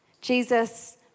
Jesus